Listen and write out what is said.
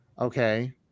Okay